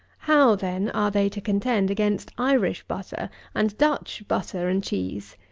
how, then, are they to contend against irish butter and dutch butter and cheese?